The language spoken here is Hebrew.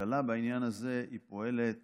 שהממשלה בעניין הזה פועלת